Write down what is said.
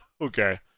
okay